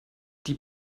die